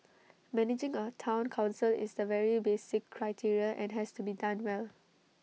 managing A Town Council is the very basic criteria and has to be done well